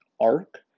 arc